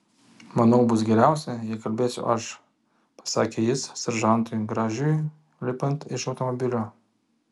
manau bus geriausia jei kalbėsiu aš pasakė jis seržantui gražiui lipant iš automobilio